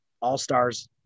all-stars